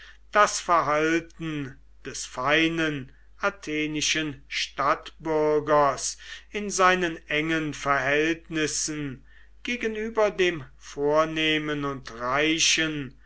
das verhalten des feinen athenischen stadtbürgers in seinen engen verhältnissen gegenüber dem vornehmen und reichen